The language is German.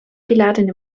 geladene